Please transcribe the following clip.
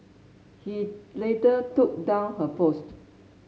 he later took down her post